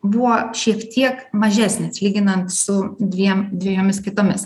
buvo šiek tiek mažesnis lyginant su dviem dvejomis kitomis